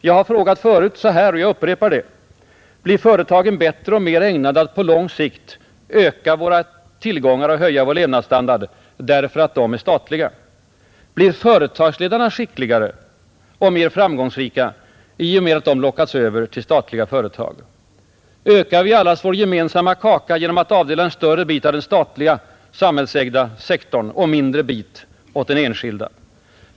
Jag har frågat förut och jag upprepar det: Blir företagen bättre och mera ägnade att på lång sikt öka våra tillgångar och höja vår levnadsstandard därför att de är statliga? Blir företagsledarna skickligare och mer framgångsrika i och med att de lockas över till statliga företag? Ökar vi allas vår gemensamma kaka genom att avdela en större bit åt den statliga samhällsägda sektorn och en mindre bit åt den enskilda?